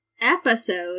episode